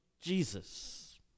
Jesus